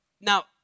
Now